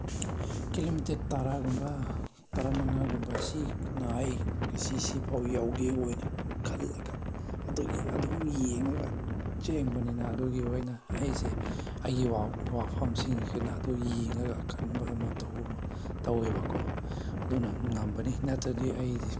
kilometre ꯇꯔꯥꯒꯨꯝꯕ ꯇꯔꯥꯃꯉꯥꯒꯨꯝꯕꯁꯤꯅ ꯑꯩ ꯉꯁꯤ ꯁꯤꯐꯥꯎ ꯌꯧꯒꯦ ꯑꯣꯏꯅ ꯈꯜꯂꯒ ꯑꯗꯨꯒꯤ ꯑꯗꯨꯝ ꯌꯦꯡꯉꯒ ꯆꯦꯟꯕꯅꯤꯅ ꯑꯗꯨꯒꯤ ꯑꯣꯏꯅ ꯑꯩꯁꯦ ꯑꯩꯒꯤ ꯋꯥꯔꯛꯐꯝꯁꯤꯡ ꯑꯗꯨ ꯌꯦꯡꯉꯒ ꯑꯈꯟꯅꯕ ꯑꯃ ꯇꯧꯏꯕꯀꯣ ꯑꯗꯨꯅ ꯉꯝꯕꯅꯤꯅ ꯅꯠꯇ꯭ꯔꯗꯤ ꯑꯩꯗꯤ